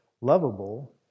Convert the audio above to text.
lovable